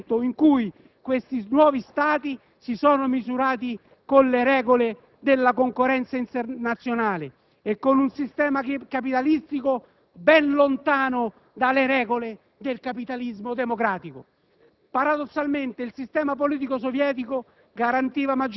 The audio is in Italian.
dopo la frammentazione dell'impero sovietico e proprio nel momento in cui questi nuovi Stati si sono misurati con le regole della concorrenza internazionale e con un sistema capitalistico ben lontano dalle regole del capitalismo democratico.